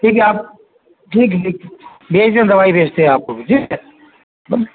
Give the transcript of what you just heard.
ٹھیک ہے آپ ٹھیک ہے ٹھیک بھیج دیں دوائی بھیجتے ہیں آپ کو بھی ٹھیک ہے